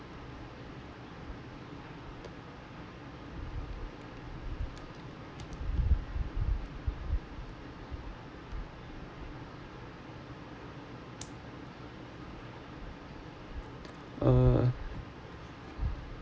uh